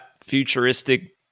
futuristic